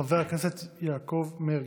חבר הכנסת יעקב מרגי.